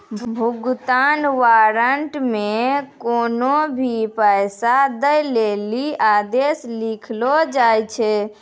भुगतान वारन्ट मे कोन्हो भी पैसा दै लेली आदेश लिखलो जाय छै